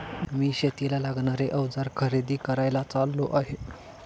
मी शेतीला लागणारे अवजार खरेदी करायला चाललो आहे